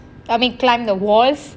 I mean climb the walls